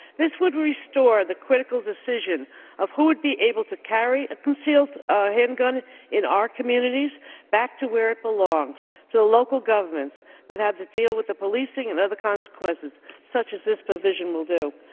this would restore the critical decision of who would be able to carry a concealed handgun in our communities back to where it belongs. to local governments that have to deal with the policing and other consequences such as this will do.